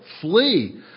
flee